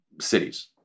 cities